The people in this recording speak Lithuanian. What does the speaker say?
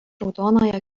raudonąją